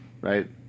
Right